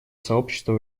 сообщества